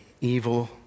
evil